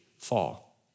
fall